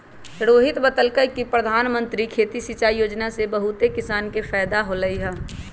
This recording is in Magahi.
रोहित बतलकई कि परधानमंत्री खेती सिंचाई योजना से बहुते किसान के फायदा होलई ह